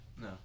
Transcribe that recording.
No